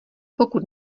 pokud